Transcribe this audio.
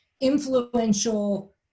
influential